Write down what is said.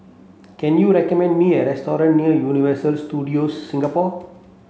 can you recommend me a restaurant near Universal Studios Singapore